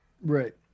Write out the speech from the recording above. Right